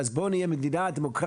אז בואו נהיה מדינה דמוקרטית,